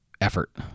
effort